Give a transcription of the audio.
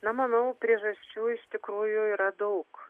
na manau priežasčių iš tikrųjų yra daug